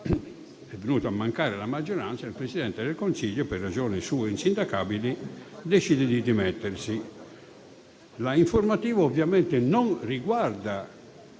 È venuta a mancare la maggioranza e il Presidente del Consiglio, per ragioni sue insindacabili, decide di dimettersi. L'informativa, ovviamente, non riguarda